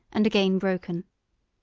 and again broken.